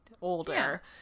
older